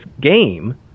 game